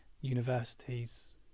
universities